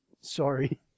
sorry